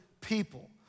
people